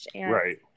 Right